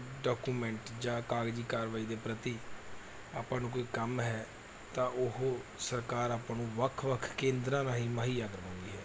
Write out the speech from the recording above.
document ਜਾਂ ਕਾਗਜ਼ੀ ਕਾਰਵਾਈ ਦੇ ਪ੍ਰਤੀ ਆਪਾਂ ਨੂੰ ਕੋਈ ਕੰਮ ਹੈ ਤਾਂ ਉਹ ਸਰਕਾਰ ਆਪਾਂ ਨੂੰ ਵੱਖ ਵੱਖ ਕੇਂਦਰਾਂ ਰਾਹੀਂ ਮੁਹੱਈਆ ਕਰਵਾਉਂਦੀ ਹੈ